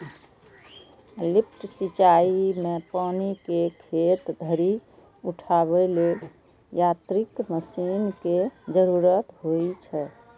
lift सिंचाइ मे पानि कें खेत धरि उठाबै लेल यांत्रिक मशीन के जरूरत होइ छै